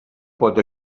pot